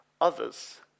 others